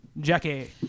Jackie